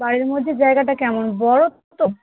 বাড়ির মধ্যে জায়গাটা কেমন বড়ো তো